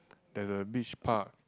there's a beach park